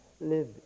live